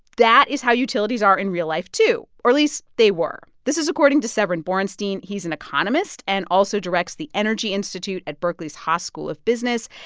that is how utilities are in real life, too or least they were. this is according to severin borenstein. he's an economist and also directs the energy institute at berkeley's haas school of business.